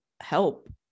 help